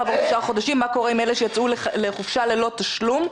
מה קורה עם אלה שיצאו לחופשה ללא תשלום?